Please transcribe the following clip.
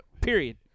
period